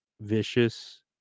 vicious